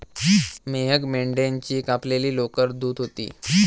मेहक मेंढ्याची कापलेली लोकर धुत होती